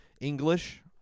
english